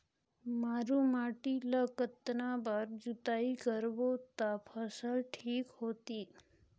मारू माटी ला कतना बार जुताई करबो ता फसल ठीक होती?